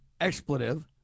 expletive